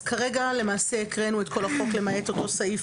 אז כרגע למעשה הקראנו את כל החוק למעט אותו סעיף